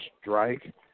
strike